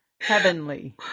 heavenly